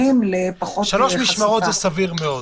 שלוש משמרות זה סביר מאוד.